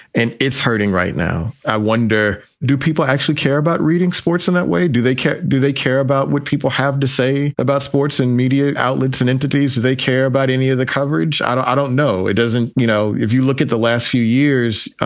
and it's hurting right now. i wonder, do people actually care about reading sports in that way? do they care? do they care about what people have to say about sports and media outlets and entities? they care about any of the coverage? i don't i don't know. it doesn't you know, if you look at the last few years,